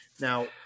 Now